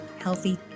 healthy